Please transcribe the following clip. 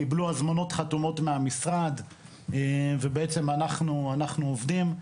קיבלו הזמנות חתומות מהמשרד ובעצם אנחנו עובדים.